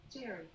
Jerry